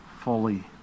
fully